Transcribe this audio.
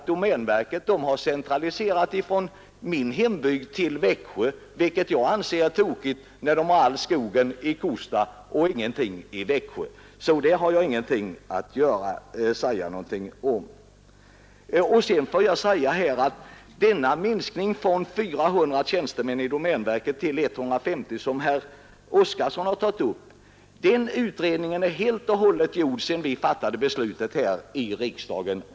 Domänverket har centraliserat från min hembyggd till Växjö, vilket jag anser vara tokigt, när man har all skogen vid Kosta och ingenting i Växjö. När det gäller denna minskning i domänverket från 400 tjänstemän till 150, som herr Oskarson har berört, är utredningen helt och hållet gjord efter det att vi fattade beslut här i riksdagen.